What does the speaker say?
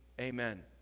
Amen